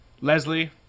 Leslie